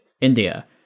India